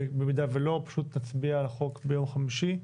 במידה ולא פשוט נצביע על החוק ביום חמישי.